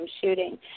shooting